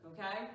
Okay